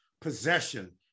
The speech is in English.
possession